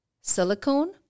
silicone